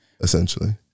essentially